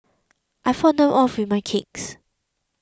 I fought them off with my kicks